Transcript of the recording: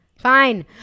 fine